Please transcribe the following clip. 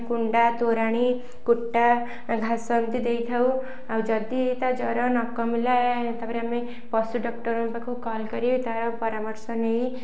କୁଣ୍ଡା ତୋରାଣି କୁଟା ଘାସ ଏମିତି ଦେଇଥାଉ ଆଉ ଯଦି ତା ଜର ନ କମିଲା ତା'ପରେ ଆମେ ପଶୁ ଡକ୍ଟରଙ୍କ ପାଖକୁ କଲ୍ କରି ତାର ପରାମର୍ଶ ନେଇ